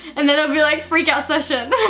and then it'll be like freak out session.